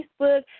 facebook